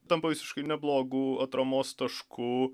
tampa visiškai neblogu atramos tašku